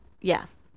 yes